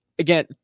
Again